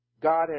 God